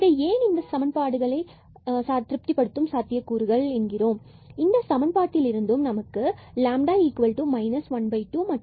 இவை இந்த சமன்பாடுகளை திருப்திப்படுத்தும் சாத்தியக் கூறுகள் ஆகும் இந்தச் சமன்பாட்டில் இருந்தும் நமக்கு λ 12கிடைக்கிறது